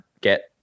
get